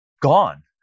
gone